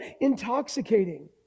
intoxicating